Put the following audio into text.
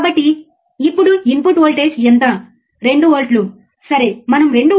output వోల్టేజ్లో ఈ లాగ్ మేము ఓసిల్లోస్కోప్ ఉపయోగించి చూడవచ్చు సరియైనదా